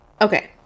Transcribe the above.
Okay